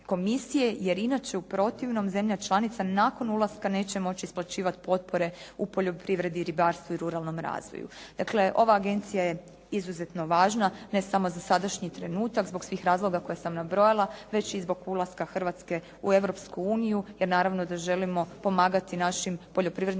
komisije, jer inače u protivnom zemlja članica nakon ulaska neće moći isplaćivati potpore u poljoprivredi, ribarstvu i ruralnom razvoju. Dakle, ova agencija je izuzetno važna ne samo za sadašnji trenutak zbog svih razloga koje sam nabrojala, već i zbog ulaska Hrvatske u Europsku uniju, jer naravno da želimo pomagati našim poljoprivrednim